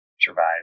survive